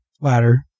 ladder